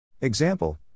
Example